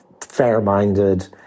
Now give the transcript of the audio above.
fair-minded